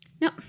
No